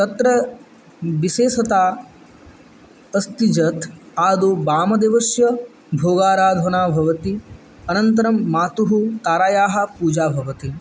तत्र विषेशता अस्ति यत् आदौ वामदेवस्य भोगाराधना भवति अनन्तरं मातुः तारायाः पूजा भवति